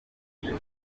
byo